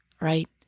right